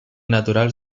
natural